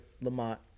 Lamont